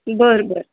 बरं बरं